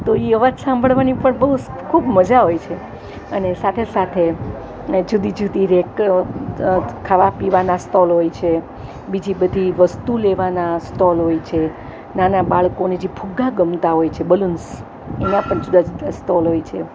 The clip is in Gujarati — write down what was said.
તો એ અવાજ સાંભળવાની પણ બહુ ખૂબ મજા હોય છે અને સાથે સાથે એ જુદી જુદી ખાવા પીવાના સ્ટોલ હોય છે બીજી બધી વસ્તુ લેવાના સ્ટોલ હોય છે નાના બાળકોને જે ફુગ્ગા ગમતા હોય છે બલૂન્સ એના પણ જુદા જુદા સ્ટોલ હોય છે